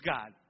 God